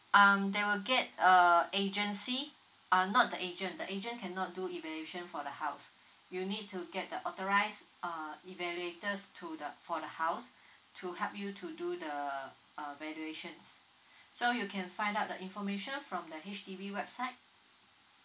um they will get a agency uh not the agent the agent cannot do evaluation for the house you need to get the authorised uh evaluator f~ to the for the house to help you to do the uh valuations so you can find out the information from the H_D_B website